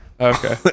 Okay